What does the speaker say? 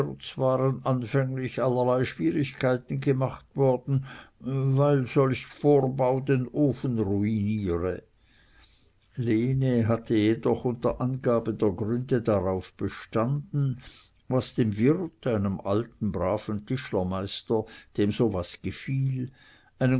allerlei schwierigkeiten gemacht worden weil solch vorbau den ofen ruiniere lene hatte jedoch unter angabe der gründe darauf bestanden was dem wirt einem alten braven tischlermeister dem so was gefiel einen